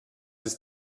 ist